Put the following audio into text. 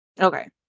Okay